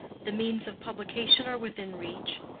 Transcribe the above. the means of publication are within reach.